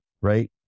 right